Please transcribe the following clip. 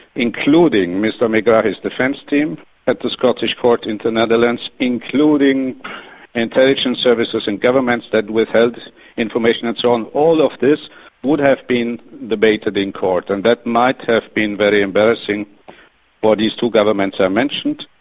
including mr megrahi's defence team at the scottish court in the netherlands, including intelligence services and governments that withheld information and so on, all of this would have been debated in court, and that might have been very embarrassing for but these two governments i mentioned,